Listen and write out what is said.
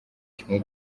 kimwe